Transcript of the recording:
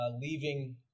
leaving